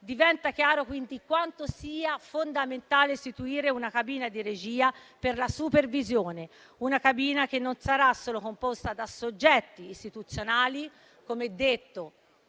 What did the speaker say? Diventa chiaro, dunque, quanto sia fondamentale istituire una cabina di regia per la supervisione; una cabina che non sarà solo composta da soggetti istituzionali, come è stato